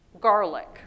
garlic